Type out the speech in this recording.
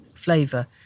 flavor